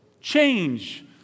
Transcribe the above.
change